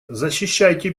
защищайте